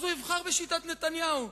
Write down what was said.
הוא יבחר בשיטת נתניהו,